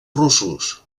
russos